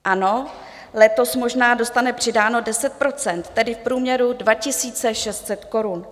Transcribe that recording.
Ano, letos možná dostane přidáno 10 %, tedy v průměru 2 600 korun.